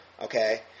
Okay